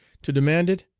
to demand it,